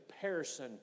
comparison